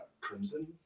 Crimson